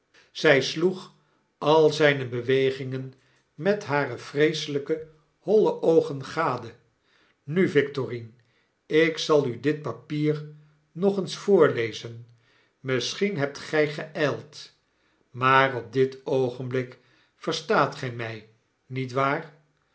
zy sloeg al zyne bewegingen met hare vreeselyk holle oogen gade n nu victorine ik zal u dit papier nog eens voorlezen misschien hebt gy geyld maar op dit oogenblik verstaat gy mij niet waar